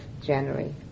January